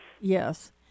yes